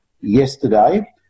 yesterday